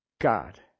God